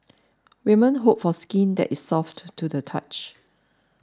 women hope for skin that is soft to the touch